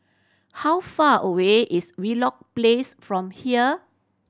how far away is Wheelock Place from here